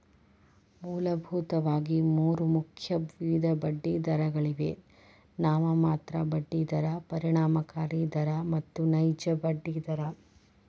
ಮೂಲಭೂತವಾಗಿ ಮೂರು ಮುಖ್ಯ ವಿಧದ ಬಡ್ಡಿದರಗಳಿವೆ ನಾಮಮಾತ್ರ ಬಡ್ಡಿ ದರ, ಪರಿಣಾಮಕಾರಿ ದರ ಮತ್ತು ನೈಜ ಬಡ್ಡಿ ದರ